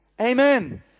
Amen